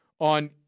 on